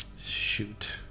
Shoot